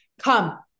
come